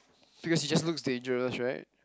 because it just looks dangerous right